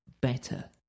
better